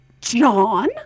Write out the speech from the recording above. John